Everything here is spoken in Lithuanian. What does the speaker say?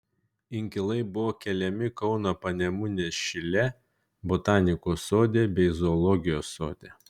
inkilai buvo keliami kauno panemunės šile botanikos sode bei zoologijos sode